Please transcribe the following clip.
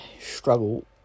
struggle